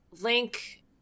Link